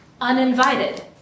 uninvited